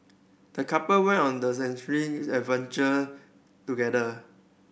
the couple went on the enriching adventure together